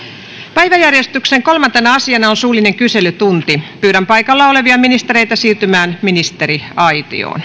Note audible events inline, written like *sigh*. päiväjärjestyksen kolmantena asiana on suullinen kyselytunti pyydän paikalla olevia ministereitä siirtymään ministeriaitioon *unintelligible*